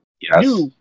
Yes